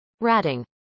ratting